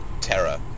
terror